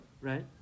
Right